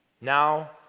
now